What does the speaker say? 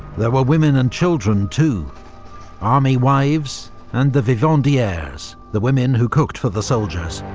there were women and children too army wives and the vivandieres, the women who cooked for the soldiers,